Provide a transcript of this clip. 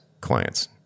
clients